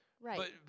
right